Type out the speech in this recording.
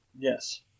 Yes